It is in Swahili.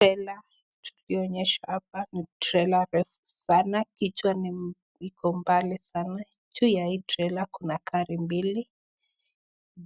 Trailer , tukionyeshwa hapa ni trailer refu sana. Kichwa iko mbali sana. Juu ya hii trailer kuna gari mbili.